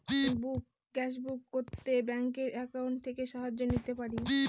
Gas book করতে ব্যাংকের account থেকে সাহায্য নিতে পারি?